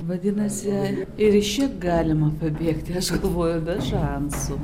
vadinasi ir iš čia galima pabėgti aš galvoju be šansų